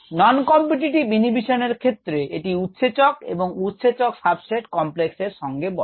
non competitive inhibition এর ক্ষেত্রে এটি উৎসেচক এবং উৎসেচক সাবস্ট্রেট কমপ্লেস এর সঙ্গে বসে